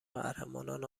قهرمانان